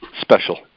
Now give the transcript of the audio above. special